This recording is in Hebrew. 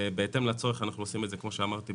ובהתאם לצורך אנחנו עושים את זה כמו שאמרתי.